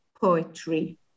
poetry